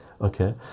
okay